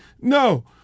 No